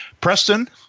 Preston